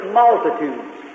multitudes